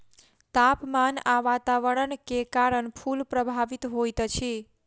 तापमान आ वातावरण के कारण फूल प्रभावित होइत अछि